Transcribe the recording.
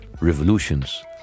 revolutions